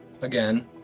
again